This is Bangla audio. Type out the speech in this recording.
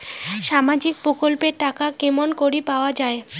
সামাজিক প্রকল্পের টাকা কেমন করি পাওয়া যায়?